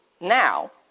now